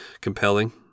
compelling